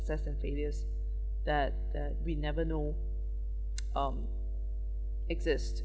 success and failures that that we never know um exist